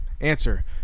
Answer